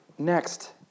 Next